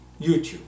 YouTube